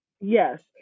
Yes